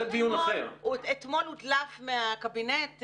אתמול הודלף מהקבינט,